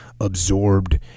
absorbed